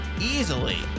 easily